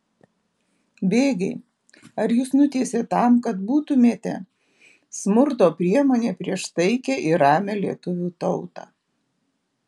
bėgiai ar jus nutiesė tam kad būtumėte smurto priemonė prieš taikią ir ramią lietuvių tautą